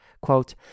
Quote